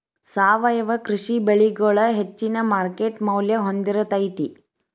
ಸಾವಯವ ಕೃಷಿ ಬೆಳಿಗೊಳ ಹೆಚ್ಚಿನ ಮಾರ್ಕೇಟ್ ಮೌಲ್ಯ ಹೊಂದಿರತೈತಿ